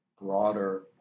broader